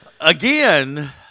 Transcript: Again